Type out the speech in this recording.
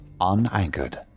unanchored